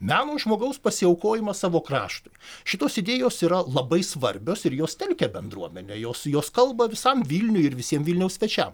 meno žmogaus pasiaukojimą savo kraštui šitos idėjos yra labai svarbios ir jos telkia bendruomenę jos jos kalba visam vilniui ir visiem vilniaus svečiam